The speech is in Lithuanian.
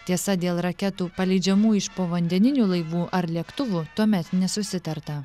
tiesa dėl raketų paleidžiamų iš povandeninių laivų ar lėktuvų tuomet nesusitarta